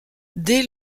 dès